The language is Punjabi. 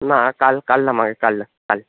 ਨਾਹ ਕੱਲ ਕੱਲ ਲਵਾਂਗੇ ਕੱਲ ਕੱਲ